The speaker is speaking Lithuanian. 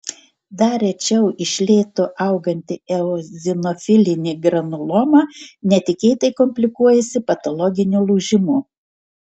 dar rečiau iš lėto auganti eozinofilinė granuloma netikėtai komplikuojasi patologiniu lūžimu